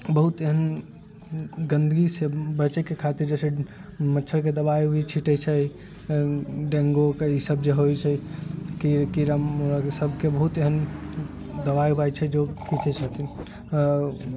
बहुत एहन गन्दगी सभ बचैके खातिर जइसे मच्छरके दवाइ छिड़के छै डेंगुके इसभ जे होइ छै कि कीड़ा मकोड़ाके सभके बहुत एहन दवाइ ववाइ छै जो छिड़के छथिन